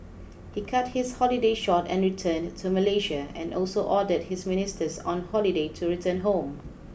he cut his holiday short and returned to Malaysia and also ordered his ministers on holiday to return home